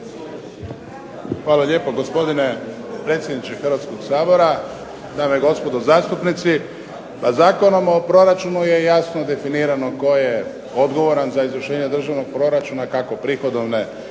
Hvala lijepo gospodine predsjedniče Hrvatskoga sabora, dame i gospodo zastupnici. Pa Zakonom o proračunu je jasno definirano tko je odgovoran za izvršenje državnog proračuna, kako prihodovne